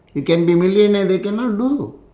you can be millionaire they cannot do